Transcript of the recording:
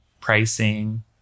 pricing